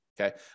okay